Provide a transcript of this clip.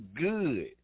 good